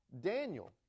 Daniel